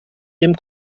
dem